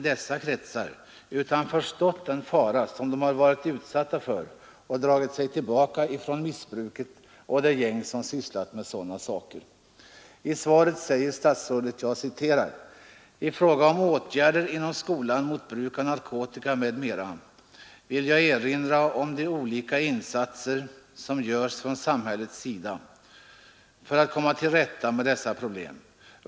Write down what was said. De har förstått den fara de varit utsatta för och dragit sig tillbaka från det gäng som missbrukat narkotika. I svaret säger statsrådet också följande: ”I fråga om åtgärder inom skolan mot bruk av narkotika m.m. vill jag erinra om de olika insatser som görs från samhällets sida för att komma till rätta med detta problem.